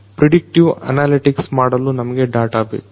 predictive analytics ಮಾಡಲು ನಮಗೆ data ಬೇಕು